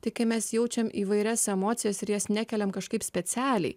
tai kai mes jaučiam įvairias emocijas ir jas nekeliam kažkaip specialiai